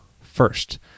first